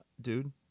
dude